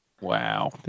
Wow